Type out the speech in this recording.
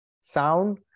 sound